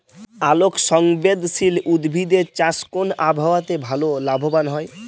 আলোক সংবেদশীল উদ্ভিদ এর চাষ কোন আবহাওয়াতে ভাল লাভবান হয়?